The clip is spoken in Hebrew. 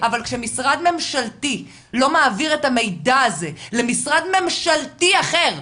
אבל כשמשרד ממשלתי לא מעביר את המידע הזה למשרד ממשלתי אחר,